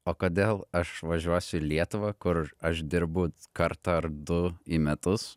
o kodėl aš važiuosiu į lietuvą kur aš dirbu kartą ar du į metus